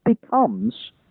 becomes